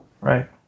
Right